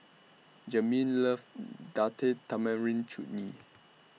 Jasmyn loves Date Tamarind Chutney